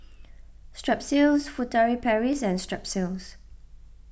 Strepsils Furtere Paris and Strepsils